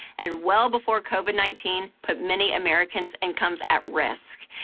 and well before covid nineteen put many americans' incomes at risk.